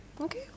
Okay